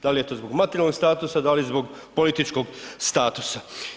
Da li je to zbog materijalnog statusa, da li zbog političkog statusa.